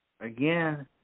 Again